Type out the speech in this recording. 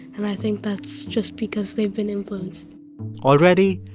and i think that's just because they've been influenced already,